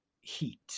heat